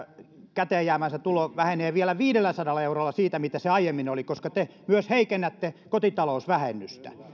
käteen jäävä tulonsa vähenee vielä viidelläsadalla eurolla siitä mitä se aiemmin oli koska te myös heikennätte kotitalousvähennystä